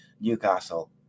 Newcastle